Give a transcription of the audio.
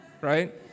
right